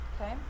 Okay